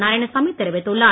நாரயாணசாமி தெரிவித்துள்ளார்